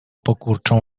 pokurczą